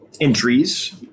entries